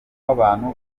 wabantu